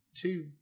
two